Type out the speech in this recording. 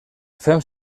fem